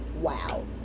Wow